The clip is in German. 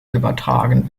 übertragen